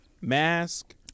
Mask